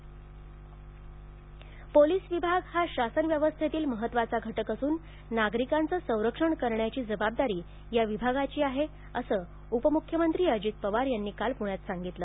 अजित पवारपोलीस विभाग हा शासन व्यवस्थेतील महत्त्वाचा घटक असून नागरिकांचे संरक्षण करण्याची जबाबदारी या विभागाची आहे असं उप मुख्यमंत्री अजित पवार यांनी काल पुण्यात सांगितलं